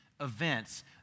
events